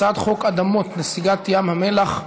הצעת חוק אדמות נסיגת ים המלח,